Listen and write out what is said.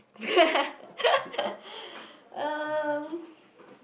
um